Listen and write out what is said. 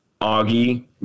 Augie